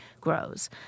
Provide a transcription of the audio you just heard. grows